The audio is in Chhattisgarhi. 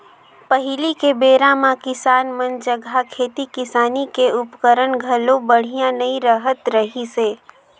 पहिली के बेरा म किसान मन जघा खेती किसानी के उपकरन घलो बड़िहा नइ रहत रहिसे